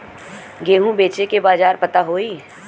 गेहूँ बेचे के बाजार पता होई?